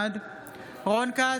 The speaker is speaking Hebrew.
בעד רון כץ,